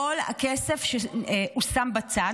כל הכסף שהושם בצד,